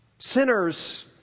Sinners